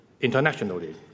internationally